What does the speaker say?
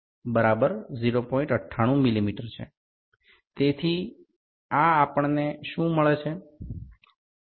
તેથી આ આપણ ને શું મળે છે